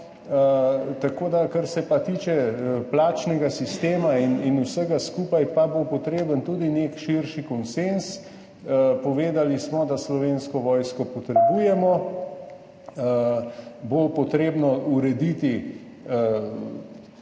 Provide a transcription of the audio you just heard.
Kar se pa tiče plačnega sistema in vsega skupaj, pa bo potreben tudi nek širši konsenz. Povedali smo, da Slovensko vojsko potrebujemo, treba bo urediti